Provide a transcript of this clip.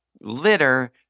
litter